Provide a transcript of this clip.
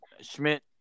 Schmidt